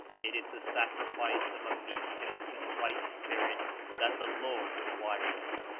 it is the sacrifice of a meek and contrite spirit that the lord requires.